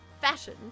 fashion